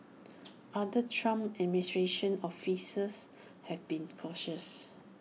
other Trump administration officials have been cautious